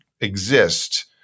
exist